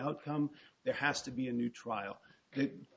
outcome there has to be a new trial